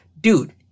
Dude